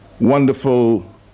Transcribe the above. wonderful